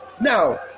now